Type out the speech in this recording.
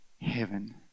heaven